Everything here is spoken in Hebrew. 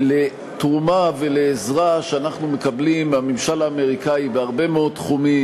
לתרומה ולעזרה שאנחנו מקבלים מהממשל האמריקני בהרבה מאוד תחומים.